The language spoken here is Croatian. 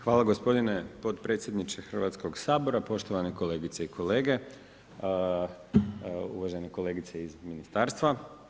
Hvala gospodine potpredsjedniče Hrvatskoga sabora, poštovane kolegice i kolege, uvažene kolegice iz ministarstva.